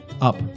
up